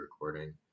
recording